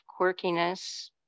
quirkiness